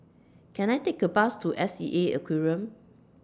Can I Take A Bus to S E A Aquarium